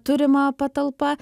turima patalpa